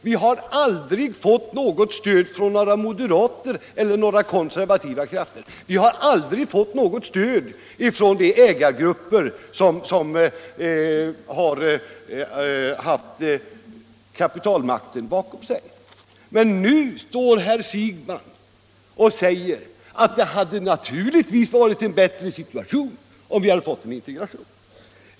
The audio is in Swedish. Vi har aldrig fått något stöd från några moderater eller några konservativa krafter. Vi har aldrig fått något stöd från de ägargrupper som har haft kapitalmakten bakom sig. Men nu står herr Siegbahn och säger att det naturligtvis hade varit en bättre situation om vi hade fått en integration.